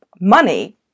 money